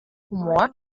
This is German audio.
humor